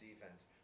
defense